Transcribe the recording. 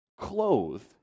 clothed